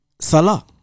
Salah